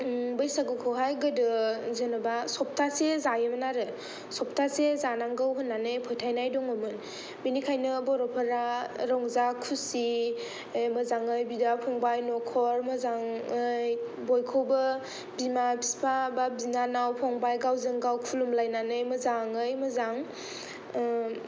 बैसागुखौहाय गोदो जेन'बा सप्तासे जायोमोन आरो सप्तासे जानांगौ होननानै फोथायनाय दङ'मोन बिनिखायनो बर'फोरा रंजा खुसि मोजाङै बिदा फंबाय न'खर मोजाङै बयखौबो बिमा बिफा बा बिनानाव फंबाय गावजों गाव खुलुमलायनानै मोजाङै मोजां